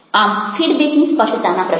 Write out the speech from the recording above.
આમ ફીડબેક ની સ્પષ્ટતાના પ્રશ્નો